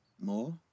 more